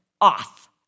off